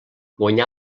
guanyà